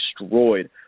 destroyed